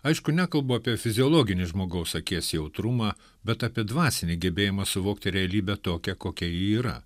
aišku nekalbu apie fiziologinį žmogaus akies jautrumą bet apie dvasinį gebėjimą suvokti realybę tokią kokia ji yra